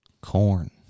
corn